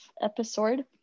episode